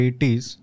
80s